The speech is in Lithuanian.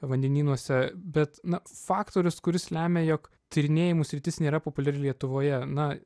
vandenynuose bet na faktorius kuris lemia jog tyrinėjimų sritis nėra populiari lietuvoje na